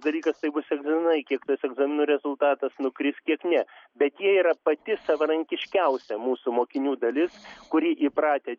dalykas tai bus egzaminai kiek tas egzaminų rezultatas nukris kiek ne bet jie yra pati savarankiškiausia mūsų mokinių dalis kurie įpratę